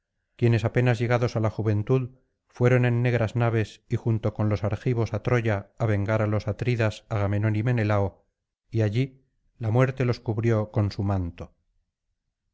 quienes apenas llegados á la juventud fueron en negras naves y junto con los argivos á troya para vengar á los atridas agamenón y menelao y allí la muerte los cubrió con su manto